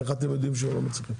אבל איך אתם יודעים שהוא לא מצליח?